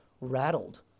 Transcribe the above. rattled